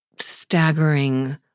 staggering